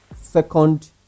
second